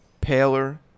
paler